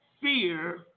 fear